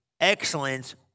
excellence